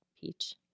peach